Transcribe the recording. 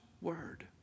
word